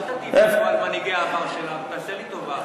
אל תטיף לנו על מנהיגי העבר שלנו, תעשה לי טובה.